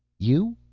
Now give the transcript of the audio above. you?